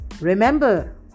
Remember